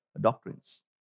doctrines